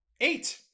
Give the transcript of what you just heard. eight